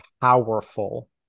powerful